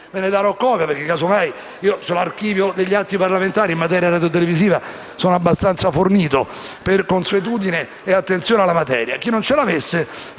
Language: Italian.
Grazie